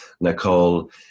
Nicole